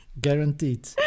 guaranteed